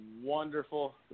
Wonderful